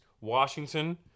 Washington